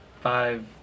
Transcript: Five